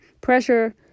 pressure